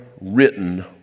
written